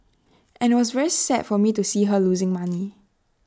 and IT was very sad for me to see her losing money